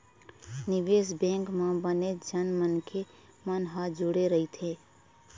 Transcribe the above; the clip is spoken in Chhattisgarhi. निवेश बेंक म बनेच झन मनखे मन ह जुड़े रहिथे